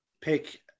pick